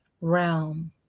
realm